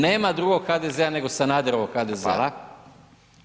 Nema drugog HDZ-a nego Sanaderovog HDZ-a.